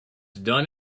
done